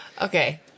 okay